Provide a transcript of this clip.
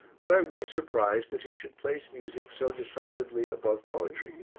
but i was surprised that he should place music so decidedly above poetry.